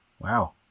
Wow